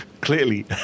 Clearly